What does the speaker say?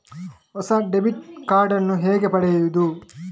ಹೊಸ debit card ನ್ನು ಹೇಗೆ ಪಡೆಯುದು?